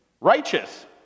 righteous